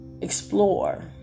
explore